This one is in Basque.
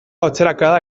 atzerakada